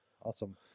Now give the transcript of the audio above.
awesome